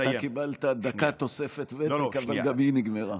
אתה קיבלת דקה תוספת, וגם היא נגמרה.